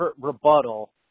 rebuttal